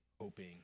hoping